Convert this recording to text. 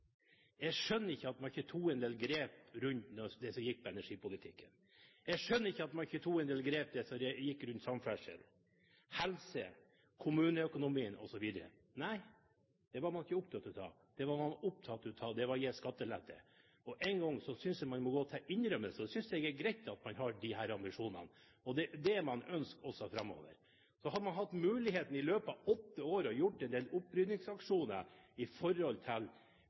Jeg skjønner ikke at man ikke tok en del grep rundt det som gikk på energipolitikken. Jeg skjønner ikke at man ikke tok en del grep rundt det som gikk på samferdsel, helse, kommuneøkonomi osv. Nei, det var man ikke opptatt av. Det man var opptatt av, var å gi skattelette. En gang synes jeg man må komme med en innrømmelse. Og da synes jeg det er greit at man har disse ambisjonene og ønsker også framover. Så hadde man i løpet av åtte år muligheten til å ha en del opprydningsaksjoner innen kommuneøkonomi osv., som er sagt, hvis det hadde vært vilje til